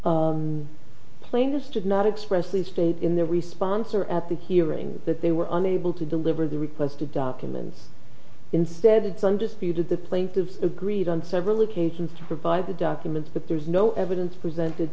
did not express the state in their response or at the hearing that they were unable to deliver the requested documents instead some disputed the plaintiffs agreed on several occasions to provide the documents but there's no evidence presented